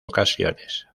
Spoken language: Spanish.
ocasiones